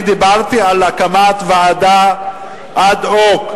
אני דיברתי על הקמת ועדה אד-הוק,